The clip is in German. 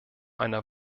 einer